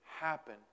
happen